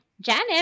Janet